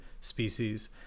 species